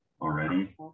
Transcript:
already